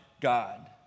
God